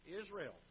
Israel